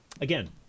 again